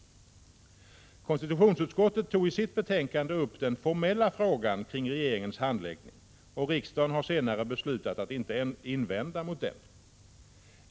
Konstitutionsutskottet tog i sitt betänkande upp den formella frågan kring regeringens handläggning, och riksdagen har senare beslutat att inte invända mot den.